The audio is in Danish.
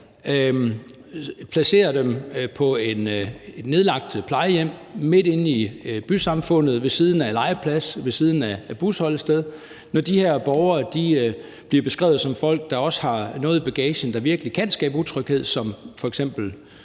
placere dem på et nedlagt plejehjem midt inde i bysamfundet ved siden af en legeplads, ved siden af et busstoppested, når de her borgere bliver beskrevet som folk, der også har noget i bagagen, der virkelig kan skabe utryghed, som f.eks.